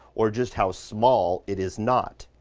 or just how small it is not.